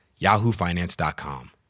yahoofinance.com